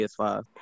PS5